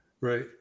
Right